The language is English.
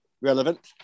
relevant